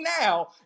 now